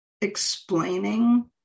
explaining